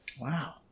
Wow